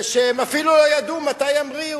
זה שהם אפילו לא ידעו מתי ימריאו,